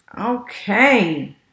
Okay